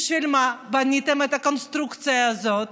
בשביל מה בניתם את הקונסטרוקציה הזאת?